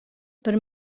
per